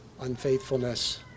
unfaithfulness